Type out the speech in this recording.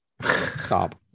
Stop